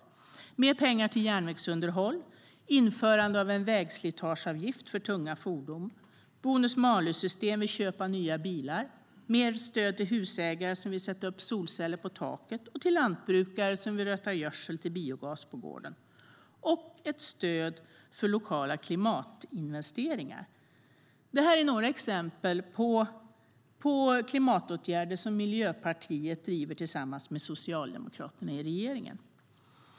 Det handlar om mer pengar till järnvägsunderhåll, införande av en vägslitageavgift för tunga fordon, bonus-malus-system vid köp av nya bilar, mer stöd till husägare som vill sätta upp solceller på taket och till lantbrukare som vill röta gödsel till biogas på gården och om ett stöd för lokala klimatinvesteringar. Detta är några exempel på klimatåtgärder som Miljöpartiet driver tillsammans med Socialdemokraterna i regeringen.